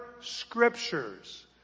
scriptures